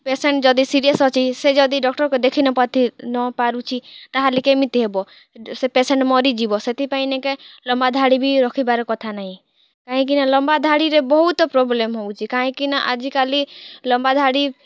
patient ଯଦି serious ଅଛି ସେ ଯଦି ଡ଼କ୍ଟର୍କୁ ଦେଖି ନ ନ ପାରୁଛି ତାହାଲେ କେମିତି ହେବ ସେ ପେସେଣ୍ଟ୍ ମରିଯିବ ସେଥିପାଇଁ ନି କାଏଁ ଲମ୍ୱା ଧାଡ଼ି ବି ରଖ୍ବାର୍ କଥା ନାହିଁ କାହିଁକିନା ଲମ୍ୱା ଧାଡ଼ିରେ ବହୁତ୍ ପ୍ରୋବ୍ଲେମ୍ ହେଉଛେ କାହିଁକିନା ଆଜି କାଲି ଲମ୍ୱା ଧାଡ଼ି